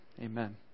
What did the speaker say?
amen